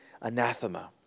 anathema